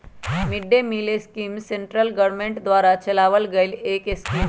mid day meal scheme central government द्वारा चलावल गईल एक स्कीम हई